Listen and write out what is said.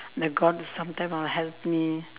the god is sometime will help me